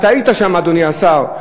אתה היית שם, אדוני השר.